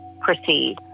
proceed